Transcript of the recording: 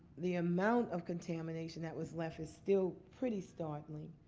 the amount of contamination that was left is still pretty startling.